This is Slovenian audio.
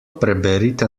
preberite